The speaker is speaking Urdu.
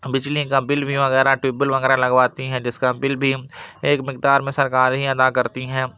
بجلی کا بل بھی وغیرہ ٹیوب ویل وغیرہ لگواتی ہیں جس کا بل بھی ایک مقدار میں سرکار ہی ادا کرتی ہے